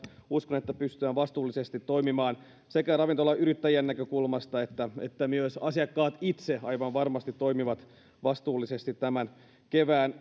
uskon että pystytään vastuullisesti toimimaan ravintolayrittäjien näkökulmasta ja että myös asiakkaat itse aivan varmasti toimivat vastuullisesti tämän kevään